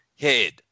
head